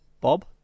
Bob